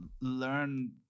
Learn